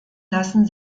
lassen